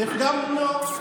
תפסיקו להפריע.